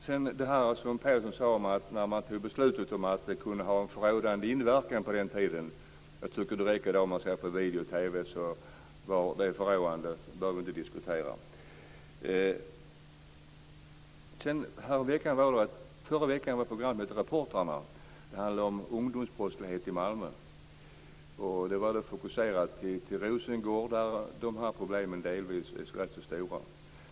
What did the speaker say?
Man fattade beslutet en gång med tanke på att det kunde ha förråande inverkan på den tiden. Det räcker att se på video och TV för att konstatera att det förråandet inte behöver diskuteras. Förra veckan handlade programmet Reportrarna om ungdomsbrottslighet i Malmö. Det var fokuserat till Rosengård, där problemen är rätt så stora.